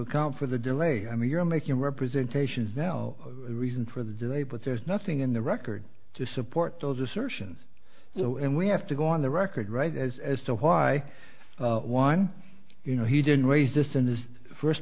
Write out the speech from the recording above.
account for the delay i mean you're making representations now the reason for the delay but there's nothing in the record to support those assertions you know and we have to go on the record right as as to why one you know he didn't raise this in this first